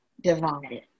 divided